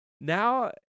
now